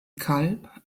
kalb